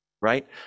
right